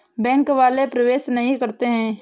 Bank वाले प्रवेश नहीं करते हैं?